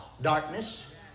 Darkness